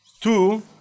two